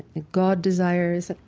god desires